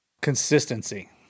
Consistency